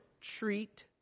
treat